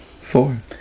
Four